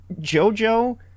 JoJo